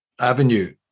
avenue